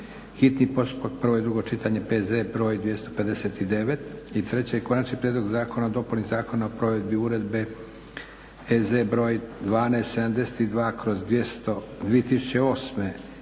hitni postupak, prvo i drugo čitanje, PZE br 259, - Konačni prijedlog zakona o dopuni Zakona o provedbi Uredbe (EZ) br. 1272/2008